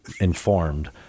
informed